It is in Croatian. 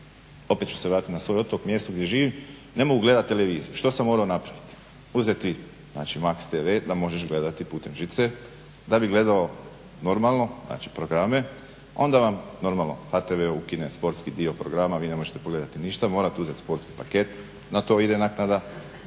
opet ću se vratit na svoj otok, mjesto gdje živim ne mogu gledat televiziju. Što sam morao napraviti, uzeti max tv da možeš gledati putem žice, da bi gledao normalno, znači programe. Onda vam, normalno HTV ukine sportski dio programa, vi ne možete pogledati ništa, morate uzeti sportski paket, na to ide naknada,